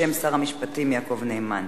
בשם שר המשפטים יעקב נאמן.